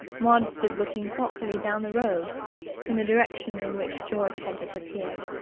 maud stood looking thoughtfully down the road in the direction in which george had disappeared.